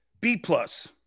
B-plus